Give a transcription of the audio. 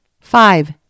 Five